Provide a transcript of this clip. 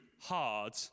hard